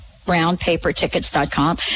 BrownPaperTickets.com